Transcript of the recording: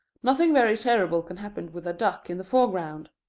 nothing very terrible can happen with a duck in the foreground.